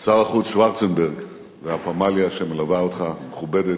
שר החוץ שוורצנברג והפמליה שמלווה אותך, המכובדת,